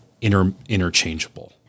interchangeable